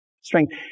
Strength